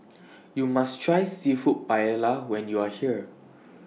YOU must Try Seafood Paella when YOU Are here